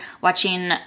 watching